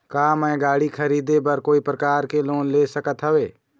का मैं गाड़ी खरीदे बर कोई प्रकार के लोन ले सकत हावे?